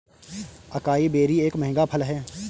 acai berry एक महंगा फल है